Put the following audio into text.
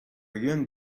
young